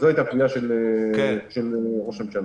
זו הייתה קביעה של ראש הממשלה.